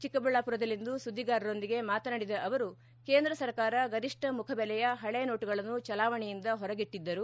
ಚಿಕ್ಕಬಳ್ಣಾಪುರದಲ್ಲಿಂದು ಸುಧ್ಗಿಗಾರರೊಂದಿಗೆ ಮಾತನಾಡಿದ ಅವರು ಕೇಂದ್ರ ಸರ್ಕಾರ ಗರಿಷ್ಟ ಮುಖಬೆಲೆಯ ಪಳೆ ನೋಟುಗಳನ್ನು ಚಲಾವಣೆಯಿಂದ ಹೊರಗಿಟ್ಟಿದ್ದರು